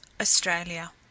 Australia